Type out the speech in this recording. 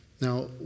Now